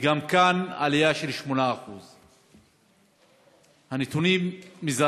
וגם כאן, עלייה של 8%. הנתונים מזעזעים,